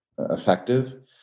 effective